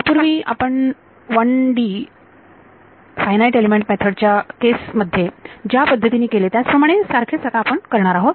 यापूर्वी आपण 1D FEM च्या केस मध्ये ज्या पद्धतीने केले त्याच प्रमाणे सारखेच आता आपण करणार आहोत